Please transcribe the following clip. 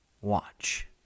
Watch